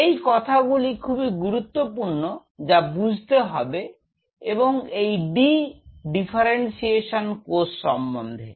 এই কথাগুলি খুবই গুরুত্বপূর্ণ যা বুঝতে হবে এবং এই ডি ডিফারেন্সিয়েশন কোষ সম্বন্ধে